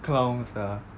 clown sia